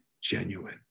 genuine